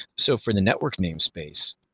so for the network name space,